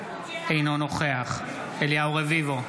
אינו נוכח אליהו רביבו,